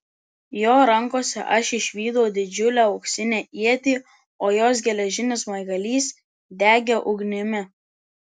jo rankose aš išvydau didžiulę auksinę ietį o jos geležinis smaigalys degė ugnimi